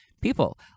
people